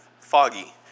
foggy